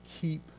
keep